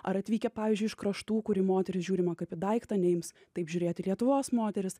ar atvykę pavyzdžiui iš kraštų kur į moteris žiūrima kaip į daiktą neims taip žiūrėti į lietuvos moteris